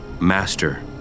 master